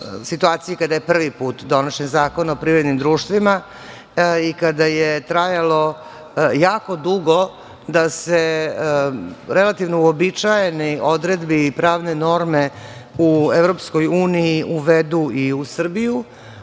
kada je prvi put donesen Zakon o privrednim društvima i kada je trajalo jako dugo da se relativno uobičajene odredbe i pravne norme u EU uvedu i u Srbiju,